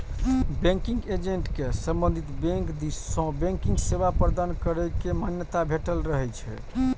banking agent कें संबंधित bank दिस सं बैंकिंग सेवा प्रदान करै के मान्यता भेटल रहै छै